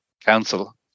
council